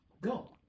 Go